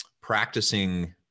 practicing